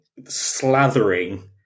slathering